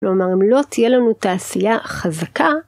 כלומר, אם לא תהיה לנו תעשייה חזקה.